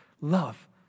love